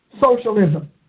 Socialism